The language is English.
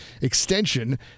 extension